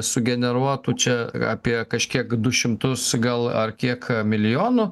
sugeneruotų čia apie kažkiek du šimtus gal ar kiek milijonų